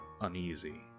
uneasy